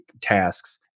tasks